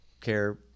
care